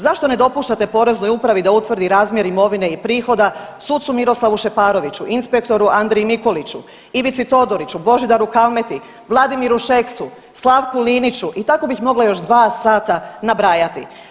Zašto ne dopuštate Poreznoj upravi da utvrdi razmjer imovine i prihoda sucu Miroslavu Šeparoviću, inspektoru Andriji Mikuliću, Ivici Todoriću, Božidaru Kalmeti, Vladimiru Šeksu, Slavku Liniću i tako bih mogla još 2 sata nabrajati.